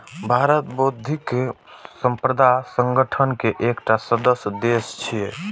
भारत बौद्धिक संपदा संगठन के एकटा सदस्य देश छियै